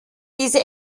diese